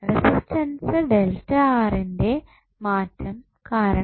resistance ന്റെ മാറ്റം കാരണം